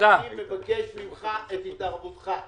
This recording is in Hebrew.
אני מבקש את התערבותך.